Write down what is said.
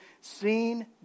Seen